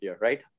right